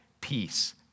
peace